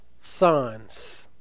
sons